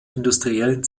industriellen